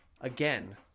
again